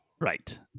Right